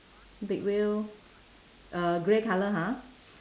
big wheel uh grey colour ha